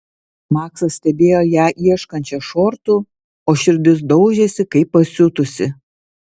maksas stebėjo ją ieškančią šortų o širdis daužėsi kaip pasiutusi